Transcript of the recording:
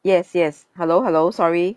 yes yes hello hello sorry